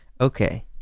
Okay